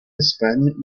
espagne